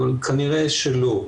אבל כנראה שלא,